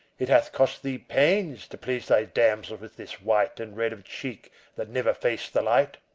it hath cost thee pains, to please thy damsels with this white and red of cheeks that never face the light!